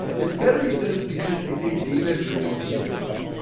it's better, he says, because it's a data-driven stimulus.